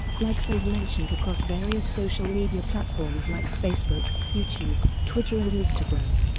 likes and mentions across various social media platforms like facebook, youtube, twitter and instagram.